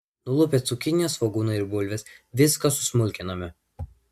nulupę cukiniją svogūną ir bulves viską susmulkiname